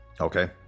Okay